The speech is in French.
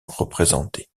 représentée